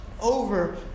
over